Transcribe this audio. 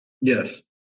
Yes